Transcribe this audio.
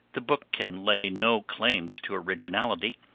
the book can lay no claims to originality,